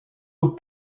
aux